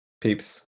Peeps